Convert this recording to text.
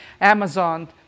Amazon